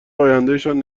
آیندهشان